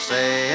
Say